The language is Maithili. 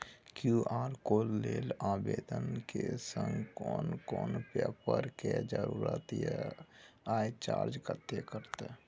क्यू.आर कोड लेल आवेदन के संग कोन कोन पेपर के जरूरत इ आ चार्ज कत्ते कटते?